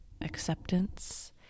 acceptance